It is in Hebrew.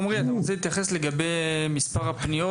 עומרי אתה רוצה להתייחס לגבי מספר הפניות